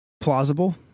Plausible